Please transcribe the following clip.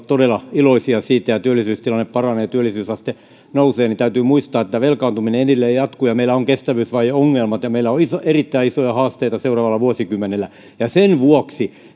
todella iloisia siitä ja työllisyystilanne paranee työllisyysaste nousee niin täytyy muistaa että velkaantuminen edelleen jatkuu ja meillä on kestävyysvajeongelma ja meillä on erittäin isoja haasteita seuraavalla vuosikymmenellä sen vuoksi